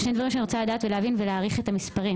יש דברים שאני רוצה לדעת ולהבין ולהעריך את המספרים.